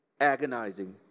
agonizing